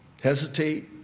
hesitate